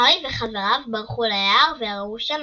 הארי וחבריו ברחו ליער וראו שם